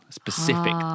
specific